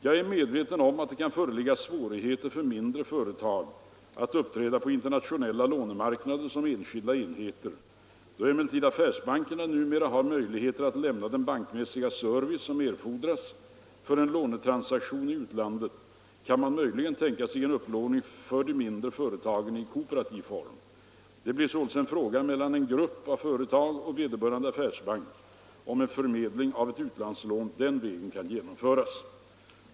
Jag är medveten om att det kan föreligga svårigheter för mindre företag att uppträda på internationella lånemarknader som enskilda enheter. Då emellertid affärsbankerna numera har möjligheter att lämna den bankmässiga service som erfordras för en lånetransaktion i utlandet kan man möjligen tänka sig en upplåning för de mindre företagen i kooperativ form. Det blir således en fråga mellan en grupp av företag och vederbörande affärsbank om en förmedling av ett utlandslån den vägen kan genomföras.